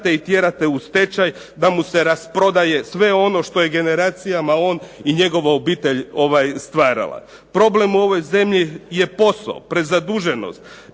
i tjerate u stečaj da mu se rasprodaje sve ono što je generacijama on i njegova obitelj stvarala. Problem u ovoj zemlji je posao, prezaduženost,